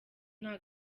nta